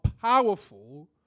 powerful